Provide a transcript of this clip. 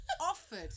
offered